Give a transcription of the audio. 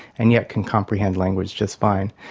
and yet can comprehend language just fine.